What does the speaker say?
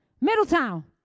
Middletown